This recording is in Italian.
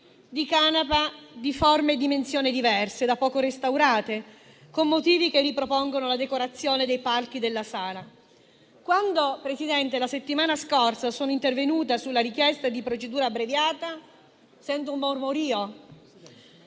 di canapa di forme e dimensioni diverse, da poco restaurati, con motivi che ripropongono la decorazione dei palchi della sala. Quando, Presidente, la settimana scorsa sono intervenuta sulla richiesta di procedura abbreviata *(Brusio)* - sento un mormorio